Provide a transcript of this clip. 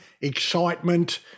excitement